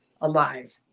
alive